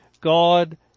God